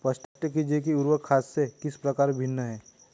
स्पष्ट कीजिए कि उर्वरक खाद से किस प्रकार भिन्न है?